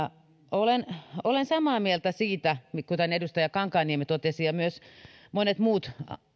olen olen samaa mieltä siitä kun edustaja kankaanniemi totesi ja myös monet muut